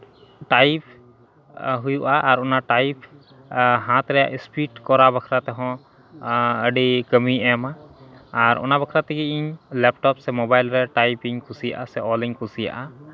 type ᱦᱩᱭᱩᱜᱼᱟ ᱟᱨ ᱚᱱᱟ ᱴᱟᱭᱤᱯ ᱦᱟᱛ ᱨᱮᱭᱟᱜ ᱥᱯᱤᱰ ᱠᱚᱨᱟᱣ ᱵᱟᱠᱷᱨᱟ ᱛᱮᱦᱚᱸ ᱟᱹᱰᱤ ᱠᱟᱹᱢᱤ ᱮᱢᱼᱟ ᱟᱨ ᱚᱱᱟ ᱵᱟᱠᱷᱨᱟ ᱛᱮᱜᱮ ᱤᱧ ᱞᱮᱯᱴᱚᱯ ᱥᱮ ᱢᱳᱵᱟᱭᱤᱞ ᱨᱮ ᱴᱟᱭᱤᱯ ᱤᱧ ᱠᱩᱥᱤᱭᱟᱜᱼᱟ ᱥᱮ ᱚᱞ ᱤᱧ ᱠᱩᱥᱤᱭᱟᱜᱼᱟ